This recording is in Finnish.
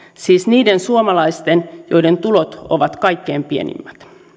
siis niiden suomalaisten joiden tulot ovat kaikkein pienimmät